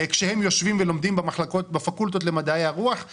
לגבי החרדים זה לא ניתן.